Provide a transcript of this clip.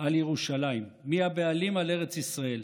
על ירושלים, מי הבעלים על ארץ ישראל.